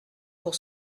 pour